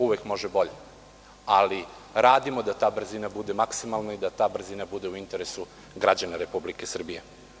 Uvek može bolje, ali radimo da ta brzina bude maksimalna i da ta brzina bude u interesu građana Republike Srbije.